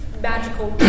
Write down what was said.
magical